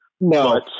No